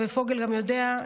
ופוגל גם יודע,